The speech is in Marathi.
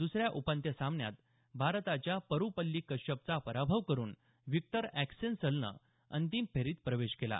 दुसऱ्या उपांत्य सामन्यात भारताच्या परूपल्ली कश्यपचा पराभव करून व्हिक्टर एक्सेंसलनं अंतिम फेरीत प्रवेश केला